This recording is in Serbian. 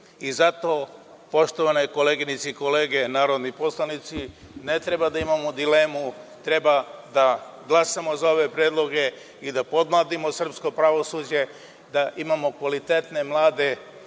I zato, poštovane koleginice i kolege narodni poslanici, ne treba da imamo dilemu, treba da glasamo za ove predloge i da podmladimo srpsko pravosuđe, da imamo kvalitetne mlade